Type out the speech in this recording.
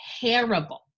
terrible